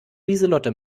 lieselotte